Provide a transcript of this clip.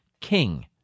king